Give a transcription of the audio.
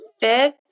fifth